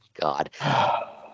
God